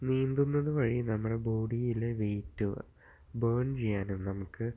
നീന്തുന്നത് വഴി നമ്മുടെ ബോഡിയിലെ വെയ്റ്റ് ബേൺ ചെയ്യാനും നമുക്ക്